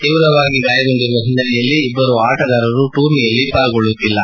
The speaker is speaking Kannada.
ತೀವ್ರವಾಗಿ ಗಾಯಗೊಂಡಿರುವ ಹಿನ್ನೆಲೆಯಲ್ಲಿ ಇಬ್ಬರೂ ಆಟಗಾರರು ಟೂರ್ನಿಯಲ್ಲಿ ಪಾಲ್ಗೊಳ್ಟುತ್ತಿಲ್ಲ